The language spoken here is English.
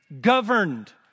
Governed